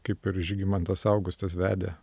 kaip ir žygimantas augustas vedė